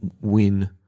win